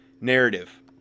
narrative